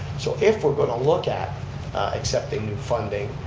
so if we're going to look at accepting new funding,